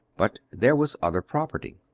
but there was other property.